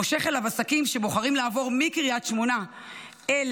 מושך אליו עסקים שבוחרים לעבור מקריית שמונה אל